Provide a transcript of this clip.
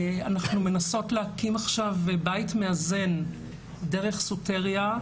אנחנו מנסות להקים עכשיו בית מאזן דרך סוטריה,